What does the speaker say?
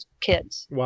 kids